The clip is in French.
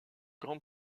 grand